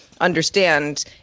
understand